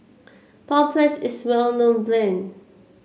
Papulex is well known brand